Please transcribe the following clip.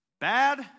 Bad